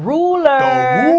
ruler